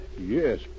Yes